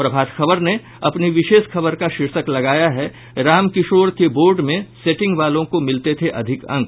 प्रभात खबर ने अपनी विशेष खबर का शीर्षक लगाया है रामकिशोर के बोर्ड में सेटिंग वालों को मिलते थे अधिक अंक